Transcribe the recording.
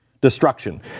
destruction